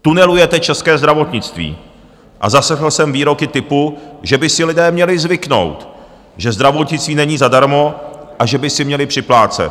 Tunelujete české zdravotnictví a zaslechl jsem výroky typu, že by si lidé měli zvyknout, že zdravotnictví není zadarmo a že by si měli připlácet.